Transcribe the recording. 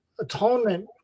atonement